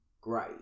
great